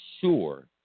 sure